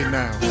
now